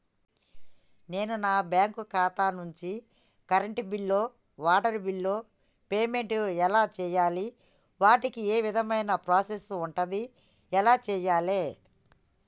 నేను నా బ్యాంకు ఖాతా నుంచి కరెంట్ బిల్లో వాటర్ బిల్లో పేమెంట్ ఎలా చేయాలి? వాటికి ఏ విధమైన ప్రాసెస్ ఉంటది? ఎలా చేయాలే?